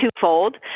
twofold